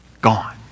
gone